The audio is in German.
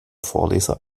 vorleser